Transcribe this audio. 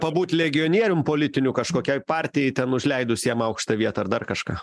pabūti legionierium politiniu kažkokiai partijai ten užleidus jam aukštą vietą ar dar kažką